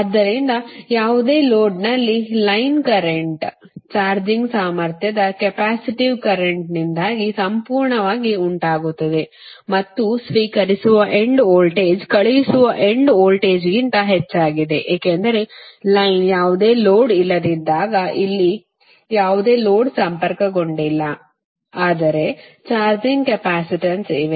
ಆದ್ದರಿಂದ ಯಾವುದೇ ಲೋಡ್ನಲ್ಲಿ ಲೈನ್ ಕರೆಂಟ್ ಚಾರ್ಜಿಂಗ್ ಸಾಮರ್ಥ್ಯದ ಕೆಪ್ಯಾಸಿಟಿವ್ ಕರೆಂಟ್ದಿಂದಾಗಿ ಸಂಪೂರ್ಣವಾಗಿ ಉಂಟಾಗುತ್ತದೆ ಮತ್ತು ಸ್ವೀಕರಿಸುವ ಎಂಡ್ ವೋಲ್ಟೇಜ್ ಕಳುಹಿಸುವ ಎಂಡ್ ವೋಲ್ಟೇಜ್ಗಿಂತ ಹೆಚ್ಚಾಗಿದೆ ಏಕೆಂದರೆ ಲೈನ್ ಯಾವುದೇ ಲೋಡ್ ಇಲ್ಲದಿದ್ದಾಗ ಇಲ್ಲಿ ಯಾವುದೇ ಲೋಡ್ ಸಂಪರ್ಕಗೊಂಡಿಲ್ಲ ಆದರೆ ಚಾರ್ಜಿಂಗ್ ಕೆಪಾಸಿಟನ್ಸ್ ಇವೆ